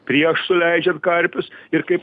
prieš suleidžiant karpius ir kaip